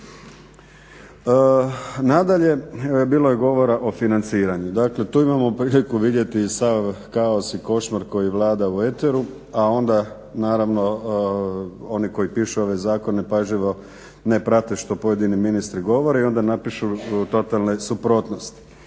Nadalje, bilo je govora o financiranju. Dakle, tu imamo priliku vidjeti sav kaos i košmar koji vlada u eteru, a onda naravno oni koji pišu ove zakone pažljivo ne prate što pojedini ministri govore i onda napišu totalne suprotnosti.